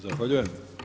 Zahvaljujem.